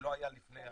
שלא היה לפני הקורונה?